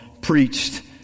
preached